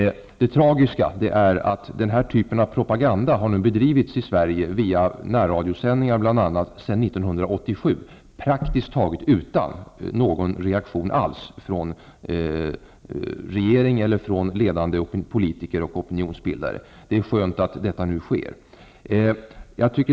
Det tragiska är att den här typen av propaganda nu har bedrivits i Sverige, bl.a. via närradiosändningar, sedan 1987 praktiskt taget utan någon reaktion från regering eller från ledande politiker och opinionsbildare. Det är skönt att detta nu sker.